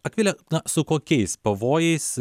akvile na su kokiais pavojais